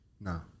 No